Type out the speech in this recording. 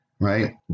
Right